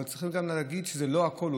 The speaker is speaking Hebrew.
אבל צריך גם להגיד שזה לא הכול,